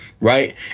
right